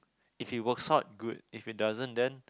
if it works hot good if it doesn't then